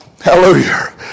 Hallelujah